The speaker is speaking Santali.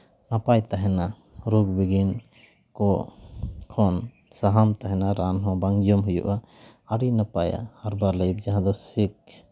ᱱᱟᱯᱟᱭ ᱛᱟᱦᱮᱱᱟ ᱨᱳᱜᱽ ᱵᱤᱜᱷᱤᱱ ᱠᱚ ᱠᱷᱚᱱ ᱥᱟᱦᱟᱢ ᱛᱟᱦᱮᱱᱟ ᱨᱟᱱ ᱦᱚᱸ ᱵᱟᱝ ᱡᱚᱢ ᱦᱩᱭᱩᱜᱼᱟ ᱟᱹᱰᱤ ᱱᱟᱯᱟᱭᱟ ᱦᱟᱨᱵᱟᱞᱟᱭᱤᱯᱷ ᱡᱟᱦᱟᱸ ᱫᱚ ᱥᱮᱯᱷ